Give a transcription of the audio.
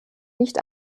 nicht